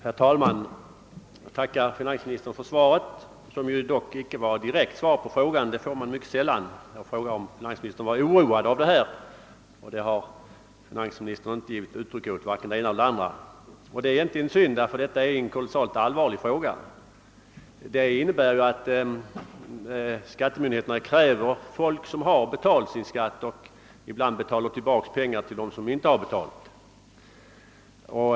Herr talman! Jag tackar finansministern för svaret. Det var emellertid inte något direkt svar på min fråga; det får man mycket sällan. Jag frågade om finansministern var oroad av de felkrediteringar som förekommer. Det har finansministern inte givit något uttryck för i svaret, vilket är synd. Detta är nämligen en mycket allvarlig fråga. Felaktigheterna medför att skattemyndigheterna ibland kräver människor som har betalt sin skatt och ibland betalat tillbaka pengar till andra människor som inte betalt skatten.